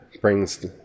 brings